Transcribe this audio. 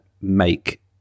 make